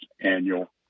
annual